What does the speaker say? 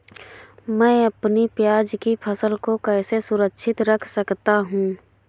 मैं अपनी प्याज की फसल को कैसे सुरक्षित रख सकता हूँ?